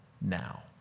now